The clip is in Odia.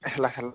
ହେଲା